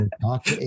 talk